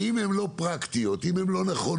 ואם הן לא פרקטיות, אם הן לא נכונות,